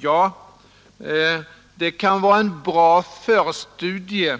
Ja, denna kartläggning kan vara en bra förstudie,